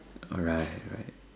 all right all right